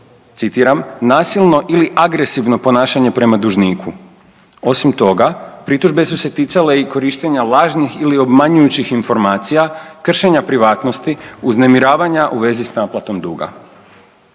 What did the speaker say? citiram, nasilno ili agresivno ponašanje prema dužniku. Osim toga, pritužbe su se ticale i korištenja lažnih ili obmanjujućih informacija, kršenja privatnosti, uznemiravanja u vezi s naplatom duga.